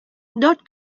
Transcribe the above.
dört